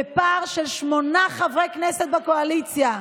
ויש פער של שמונה חברי כנסת בקואליציה.